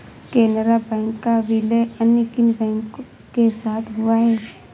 Canara bank का विलय अन्य किन बैंक के साथ हुआ है?